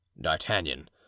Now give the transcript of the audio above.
D'Artagnan